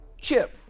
Chip